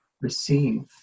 receive